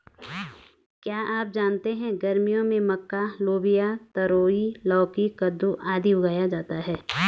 क्या आप जानते है गर्मियों में मक्का, लोबिया, तरोई, लौकी, कद्दू, आदि उगाया जाता है?